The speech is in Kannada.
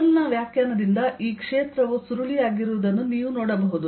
ಕರ್ಲ್ ನ ವ್ಯಾಖ್ಯಾನದಿಂದ ಈ ಕ್ಷೇತ್ರವು ಸುರುಳಿಯಾಗಿರುವುದನ್ನು ನೀವು ನೋಡಬಹುದು